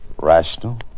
Rational